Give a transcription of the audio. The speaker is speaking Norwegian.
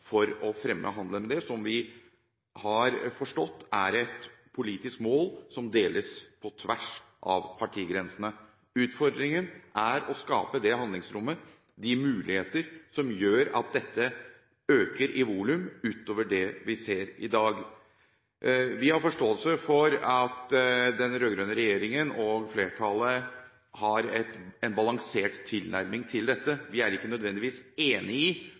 for å fremme handelen med dem, som vi har forstått er et politisk mål som deles på tvers av partigrensene. Utfordringen er å skape det handlingsrommet, de muligheter, som gjør at dette øker i volum utover det vi ser i dag. Vi har forståelse for at den rød-grønne regjeringen og flertallet har en balansert tilnærming til dette. Vi er ikke nødvendigvis enig i